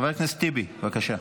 חבר הכנסת טיבי, בבקשה.